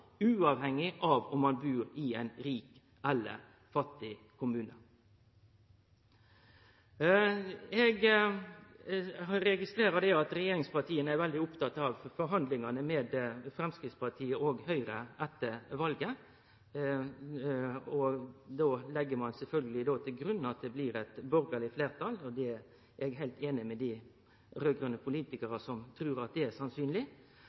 uavhengig av om dei bur i ein rik eller i ein fattig kommune. Eg registrerer at regjeringspartia er veldig opptekne av forhandlingane mellom Framstegspartiet og Høgre etter valet. Då legg ein sjølvsagt til grunn at det blir eit borgarleg fleirtal. Eg er heilt einig med dei raud-grøne politikarane som trur at det er sannsynleg.